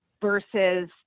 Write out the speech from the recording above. versus